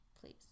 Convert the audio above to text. please